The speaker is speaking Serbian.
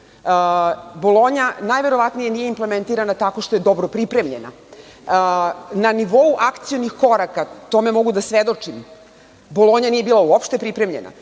Bolonja najverovatnije nije implementirana tako što je dobro pripremljena. Na nivou akcionih koraka, tome mogu da svedočim, Bolonja nije bila uopšte pripremljena.